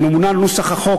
הממונה על נוסח החוק,